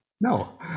No